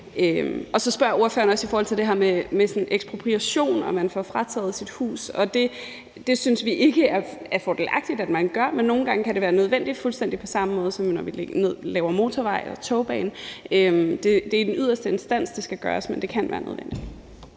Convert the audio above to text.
Så spørger ordføreren også om det her med ekspropriation, og at man får frataget sit hus, og det synes vi ikke er fordelagtigt at man gør, men nogle gange kan det være nødvendigt, fuldstændig på samme måde som når vi laver motorveje eller togbaner. Det er i den yderste instans, det skal gøres, men det kan være nødvendigt.